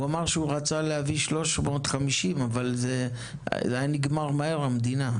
הוא אמר שהוא רצה להביא 350 קמ"ש אבל המדינה הייתה נגמרת מהר,